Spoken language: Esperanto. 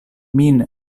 min